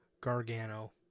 Gargano